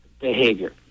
behavior